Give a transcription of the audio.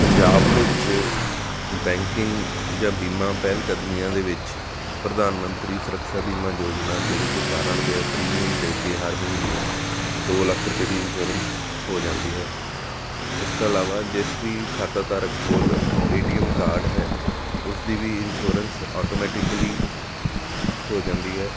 ਪੰਜਾਬ ਵਿੱਚ ਬੈਂਕਿੰਗ ਜਾਂ ਬੀਮਾ ਪਹਿਲ ਕਦਮੀਆਂ ਦੇ ਵਿੱਚ ਪ੍ਰਧਾਨ ਮੰਤਰੀ ਸੁਰਕਸ਼ਾ ਬੀਮਾ ਯੋਜਨਾ ਜਿਹੜੀ ਕਿ ਬਾਰ੍ਹਾਂ ਰੁਪਇਆ ਪ੍ਰੀਮੀਅਮ ਦੇ ਕੇ ਹਰ ਮਹੀਨੇ ਦੋ ਲੱਖ ਰੁਪਏ ਦੀ ਇੰਸ਼ੋਰੈਂਸ ਹੋ ਜਾਂਦੀ ਹੈ ਇਸ ਤੋਂ ਇਲਾਵਾ ਜਿਸ ਵੀ ਖਾਤਾ ਧਾਰਕ ਕੋਲ ਏ ਟੀ ਐੱਮ ਕਾਰਡ ਹੈ ਉਸ ਦੀ ਵੀ ਇੰਸ਼ੋਰੈਂਸ ਆਟੋਮੈਟਿਕਲੀ ਹੋ ਜਾਂਦੀ ਹੈ